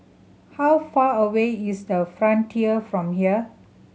how far away is The Frontier from here